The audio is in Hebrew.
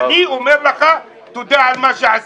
אני אומר לך תודה על מה שעשית.